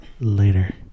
later